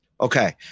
Okay